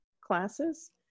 classes